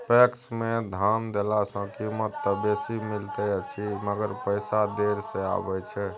PACS मे फसल देला सॅ कीमत त बेसी मिलैत अछि मगर पैसा देर से आबय छै